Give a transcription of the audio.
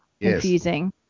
confusing